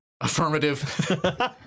Affirmative